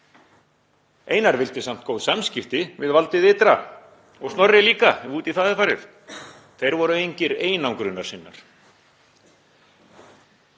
Einar vildi samt góð samskipti við valdið ytra og Snorri líka ef út í það er farið; þeir voru engir einangrunarsinnar.